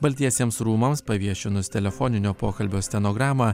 baltiesiems rūmams paviešinus telefoninio pokalbio stenogramą